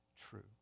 true